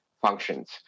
functions